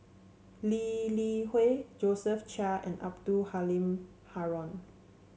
Lee Li Hui Josephine Chia and Abdul Halim Haron